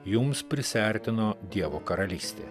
jums prisiartino dievo karalystė